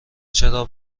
چرا